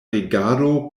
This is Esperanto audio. regado